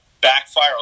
backfire